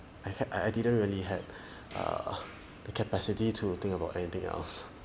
I had I didn't really had err the capacity to think about anything else